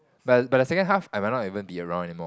but but the second half I might not even be around anymore